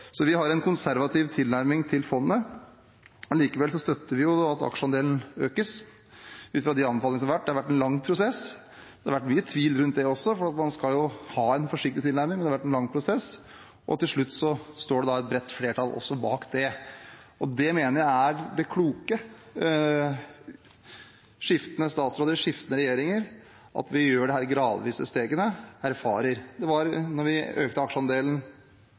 Vi har en konservativ tilnærming til fondet. Allikevel støtter vi, ut fra de anbefalingene som har vært, at aksjeandelen økes. Det har vært en lang prosess, det har vært mye tvil rundt det også, for man skal ha en forsiktig tilnærming. Til slutt står et bredt flertall også bak det. Det mener jeg er det kloke med skiftende statsråder og skiftende regjeringer – at vi gjør disse gradvise stegene og erfarer. Da vi økte aksjeandelen med forrige regjering, var det også usikkerhet blant enkelte partier om det var